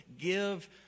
Give